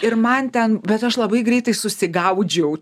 ir man ten bet aš labai greitai susigaudžiau